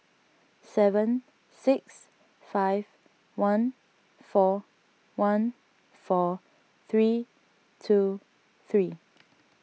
seven six five one four one four three two three